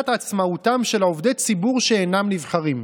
אבל את יודעת שיש להם זכות וטו בוועדה לבחירת שופטים.